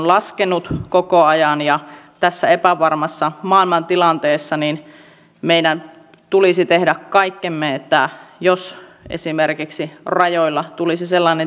tähän hallitus ei kuitenkaan suostunut eikä pääministeri halunnut ilmoitusta antaa joten opposition ainoaksi keinoksi välineeksi jäi välikysymyksen tekeminen